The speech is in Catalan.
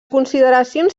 consideracions